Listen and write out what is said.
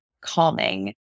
calming